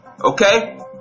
Okay